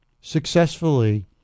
successfully